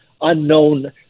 unknown